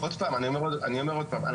אני אומר עוד פעם,